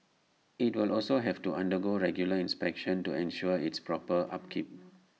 IT will also have to undergo regular inspections to ensure its proper upkeep